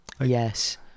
Yes